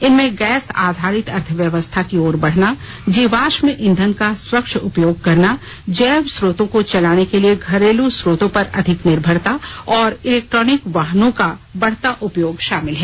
इनमें गैस आधारित अर्थव्यवस्था की ओर बढ़ना जीवाश्म ईंधन का स्वच्छ उपयोग करना जैव स्रोतों को चलाने के लिए घरेलू स्रोतों पर अधिक निर्भरता और इलेक्ट्रिक वाहनों का बढ़ता उपयोग शामिल हैं